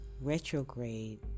retrograde